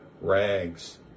rags